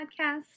podcast